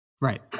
Right